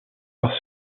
par